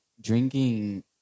drinking